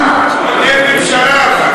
עוד אין ממשלה.